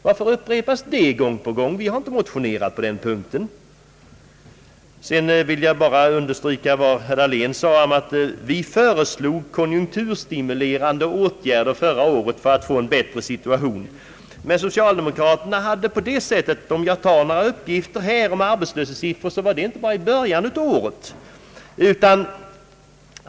Varför upprepar statsministern gång på gång att vi skulle föreslå en sådan sänkning? Jag vill understryka vad herr Dahlén sade, att vi föreslog konjunkturstimulerande åtgärder förra året för att få en bättre situation. Jag tar några uppgifter om arbetslösheten, och då inte från början av året.